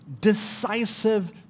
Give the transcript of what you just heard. decisive